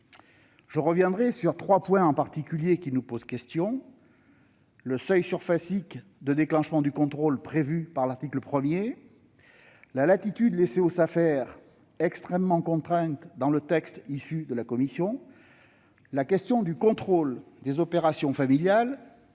Je reviendrai sur trois points en particulier qui nous posent question : le seuil surfacique de déclenchement du contrôle prévu par l'article 1 ; la latitude laissée aux Safer, extrêmement contraintes dans le texte de la commission ; la question du contrôle des opérations familiales